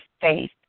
faith